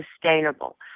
sustainable